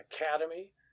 Academy